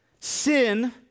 Sin